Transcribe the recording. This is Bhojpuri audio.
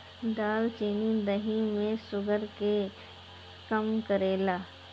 दालचीनी देहि में शुगर के कम करेला